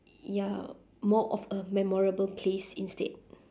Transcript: ya more of a memorable place instead